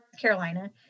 Carolina